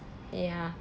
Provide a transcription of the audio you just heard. ya